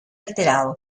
alterado